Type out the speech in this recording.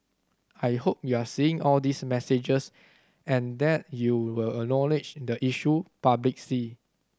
I hope you're seeing all these messages and that you will acknowledge the issue publicly